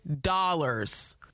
dollars